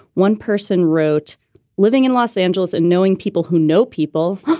one person wrote living in los angeles and knowing people who know people.